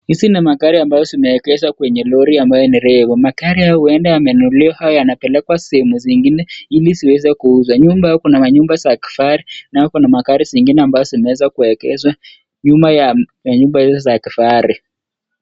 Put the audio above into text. Hizi ni magari ambazo zimeegezwa kwenye lori ambayo ni refu. Magari haya labda yamenunuliwa au yanapelekwa sehemu zingine ili ziweze kuuzwa. Nyuma kuna manyumba za kifarai na kuna magari zimeweza kuegezwa nyuma ya nyumba hizo za kifahari.